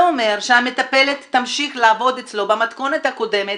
זה אומר שהמטפלת תמשיך לעבוד אצלו במתכונת הקודמת